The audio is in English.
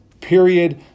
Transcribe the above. period